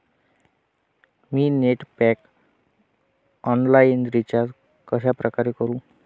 मी net pack online recharge कशाप्रकारे करु?